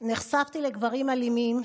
נחשפתי לגברים אלימים,